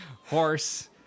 Horse